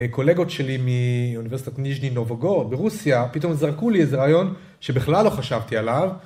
קולגות שלי מאוניברסיטת ניז'ני נובגורוד ברוסיה, פתאום זרקו לי איזה רעיון, שבכלל לא חשבתי עליו.